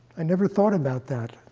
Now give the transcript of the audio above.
i never thought about that.